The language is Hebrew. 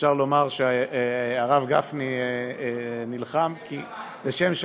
אפשר לומר שהרב גפני נלחם, לשם שמים.